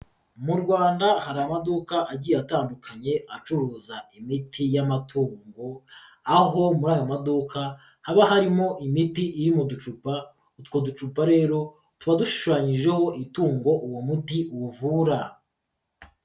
Mu Rwanda hari amaduka agiye atandukanye acuruza imiti y'amatungongo, aho muri ayo maduka haba harimo imiti iri mu ducupa, utwo ducupa rero tuba dushushanyijeho itungo uwo muti uvura.